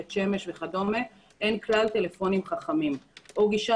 בית שמש וכדומה אין כלל טלפונים חכמים או גישה